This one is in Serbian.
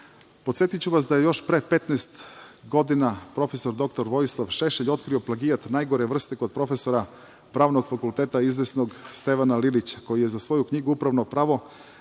vas da je još pre 15 godina prof. dr Vojislav Šešelj otkrio plagijat najgore vrste kod profesora Pravnog fakulteta, izvesnog Stevana Lilića koji je za svoju knjigu „Upravno pravo“